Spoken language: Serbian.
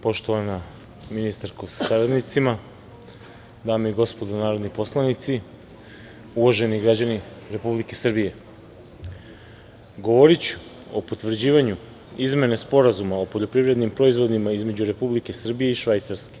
Poštovana ministarko sa saradnicima, dame i gospodo narodni poslanici, uvaženi građani Republike Srbije, govoriću o potvrđivanju izmene Sporazuma o poljoprivrednim proizvodima između Republike Srbije i Švajcarske.